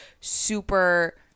super